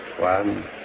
One